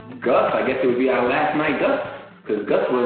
gus, i guess it would be our last night gus. cause gus was